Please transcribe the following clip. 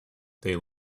they